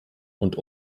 und